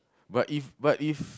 but if but if